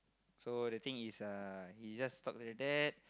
so the thing is uh he just talk to the dad